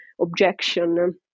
objection